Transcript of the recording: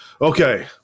Okay